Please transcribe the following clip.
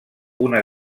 una